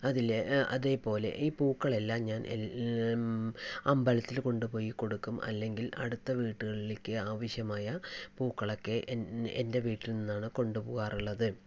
അതിൽ അതേപോലെ ഈ പൂക്കളെല്ലാം ഞാൻ അമ്പലത്തിൽ കൊണ്ട് പോയി കൊടുക്കും അല്ലങ്കിൽ അടുത്ത വീടുകളിലേക്ക് ആവശ്യമായ പൂക്കളൊക്കെ എൻ്റെ വീട്ടിൽ നിന്നാണ് കൊണ്ട് പോവാറുള്ളത്